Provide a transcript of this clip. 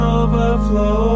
overflow